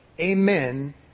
Amen